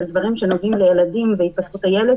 של דברים שנוגעים לילדים והתפתחות הילד